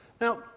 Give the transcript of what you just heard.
Now